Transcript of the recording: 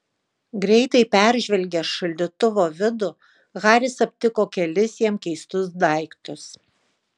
greitai peržvelgęs šaldytuvo vidų haris aptiko kelis jam keistus daiktus